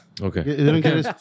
Okay